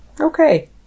Okay